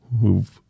who've